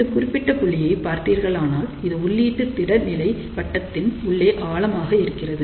இந்த குறிப்பிட்ட புள்ளியை பார்த்தீர்களானால் இது உள்ளீட்டு திட நிலை வட்டத்தின் உள்ளே ஆழமாக இருக்கிறது